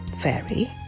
Fairy